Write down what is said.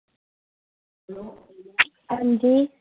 हंजी